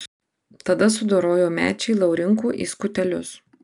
tada sudorojo mečį laurinkų į skutelius